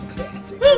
Classic